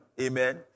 Amen